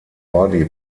body